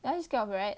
are you scared of rat